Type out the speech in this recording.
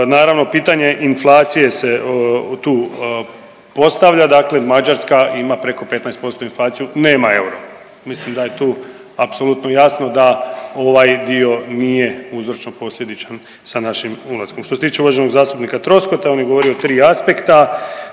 Naravno pitanje inflacije se tu postavlja, dakle Mađarska ima preko 15% inflaciju, nema euro, mislim da je tu apsolutno jasno da ovaj dio nije uzročno-posljedičan sa našim ulaskom. Što se tiče uvaženog zastupnika Troskota on je govorio o 3 aspekta,